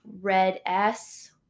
RED-S